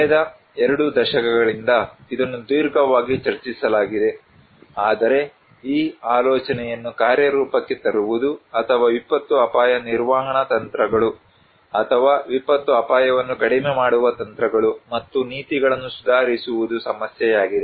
ಕಳೆದ ಎರಡು ದಶಕಗಳಿಂದ ಇದನ್ನು ದೀರ್ಘವಾಗಿ ಚರ್ಚಿಸಲಾಗಿದೆ ಆದರೆ ಈ ಆಲೋಚನೆಯನ್ನು ಕಾರ್ಯರೂಪಕ್ಕೆ ತರುವುದು ಅಥವಾ ವಿಪತ್ತು ಅಪಾಯ ನಿರ್ವಹಣಾ ತಂತ್ರಗಳು ಅಥವಾ ವಿಪತ್ತು ಅಪಾಯವನ್ನು ಕಡಿಮೆ ಮಾಡುವ ತಂತ್ರಗಳು ಮತ್ತು ನೀತಿಗಳನ್ನು ಸುಧಾರಿಸುವುದು ಸಮಸ್ಯೆಯಾಗಿದೆ